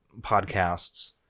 podcasts